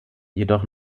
jedoch